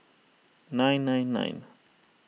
nine nine nine